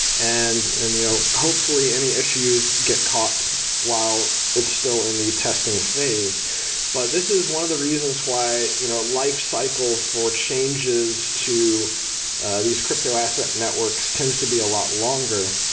and and you know hopefully any issues get caught while it's still in the testing phase but this is one of the reasons why you know life cycle for changes to these crypto-asset networks tends to be a lot longer,